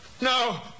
no